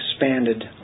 expanded